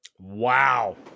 Wow